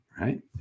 right